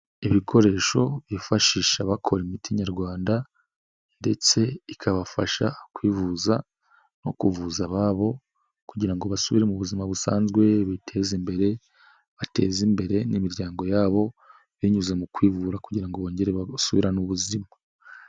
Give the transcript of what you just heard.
Ibikoresho bifashisha bakora imiti nyarwanda ndetse ikabafasha kwivuza no kuvuza ababo kugira ngo basubire mu buzima busanzwe biteze imbere bateze imbere n'imiryango yabo binyuze mu kwivura kugira ngo bongere basubirane ubuzima.